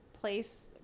place